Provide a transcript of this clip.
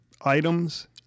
items